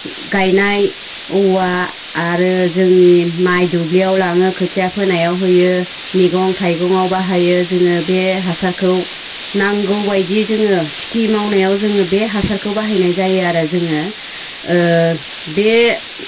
गायनाय औवा आरो जोंनि माइ दुब्लियाव लाङो खोथिया फोनायाव होयो मैगं थाइगङाव बाहायो जोङो बे हासारखौ नांगौ बायदि जोङो खेथि मावनायाव जोङो बे हासारखौ बाहायनाय जायो आरो जोङो बे